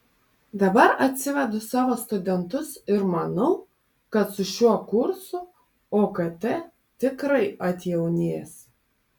dabar atsivedu savo studentus ir manau kad su šiuo kursu okt tikrai atjaunės